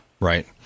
Right